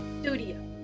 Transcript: studio